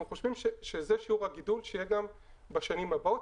חושבים שזה שיעור הגידול שיהיה גם בשנים הבאות.